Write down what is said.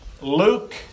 Luke